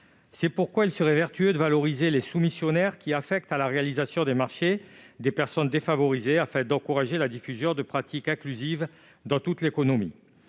C'est pourquoi il serait vertueux de valoriser les soumissionnaires qui affectent à la réalisation des marchés des personnes défavorisées, afin d'encourager la diffusion de pratiques inclusives dans toute l'économie.